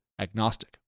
agnostic